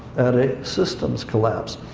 at a systems collapse.